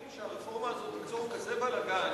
כל אנשי המקצוע משוכנעים שהרפורמה הזאת תיצור כזה בלגן